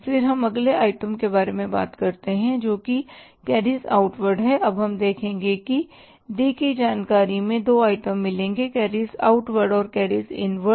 फिर हम अगले आइटम के बारे में बात करते हैं जो कि कैरिज आउटवार्ड है अब हम देखेंगे कि दी गई जानकारी में दो आइटम मिलेंगे कैरिज आउटवार्ड और कैरिज इनवार्ड